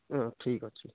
ହଁ ଠିକ୍ ଅଛି